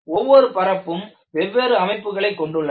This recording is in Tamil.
ஒவ்வொரு பரப்பும் வெவ்வேறு அமைப்புகளை கொண்டுள்ளன